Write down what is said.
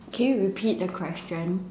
can you repeat the question